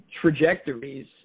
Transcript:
trajectories